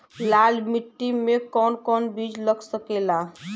लाल मिट्टी में कौन कौन बीज लग सकेला?